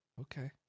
okay